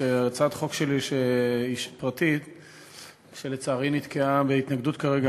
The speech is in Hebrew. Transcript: שדווקא הצעת חוק פרטית שלי לצערי נתקלה כרגע